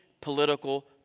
political